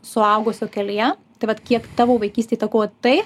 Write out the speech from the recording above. suaugusio kelyje tai vat kiek tavo vaikystė įtakojo tai